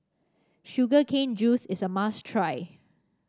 Sugar Cane Juice is a must try